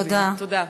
תודה.